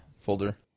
folder